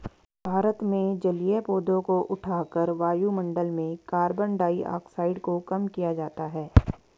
भारत में जलीय पौधों को उठाकर वायुमंडल में कार्बन डाइऑक्साइड को कम किया जाता है